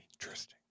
Interesting